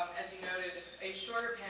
as you noted, a short